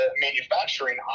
manufacturing